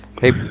Hey